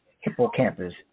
hippocampus